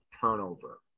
turnover